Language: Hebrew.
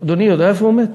אדוני יודע איפה הוא מת?